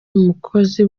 umukozi